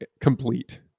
complete